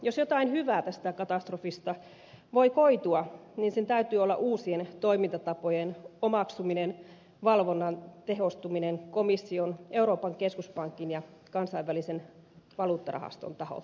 jos jotain hyvää tästä katastrofista voi koitua niin sen täytyy olla uusien toimintatapojen omaksuminen valvonnan tehostuminen komission euroopan keskuspankin ja kansainvälisen valuuttarahaston taholta